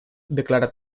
declara